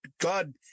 God